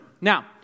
Now